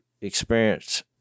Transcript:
experience